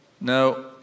Now